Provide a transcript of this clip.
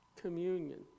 Communion